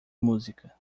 música